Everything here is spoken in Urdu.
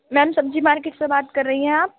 میم سبزی مارکیٹ سے بات کر رہی ہیں آپ